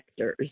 vectors